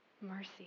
mercy